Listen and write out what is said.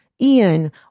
Ian